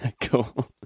Cool